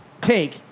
take